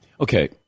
Okay